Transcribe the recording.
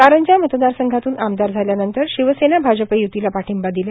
कारंजा मतदारसंघातून आमदार झाल्यानंतर शिवसेना भाजप य्तीला पाठिंबा दिला